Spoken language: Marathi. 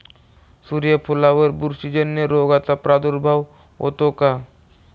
सूर्यफुलावर बुरशीजन्य रोगाचा प्रादुर्भाव होतो का?